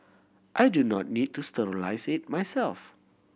I do not need to sterilise it myself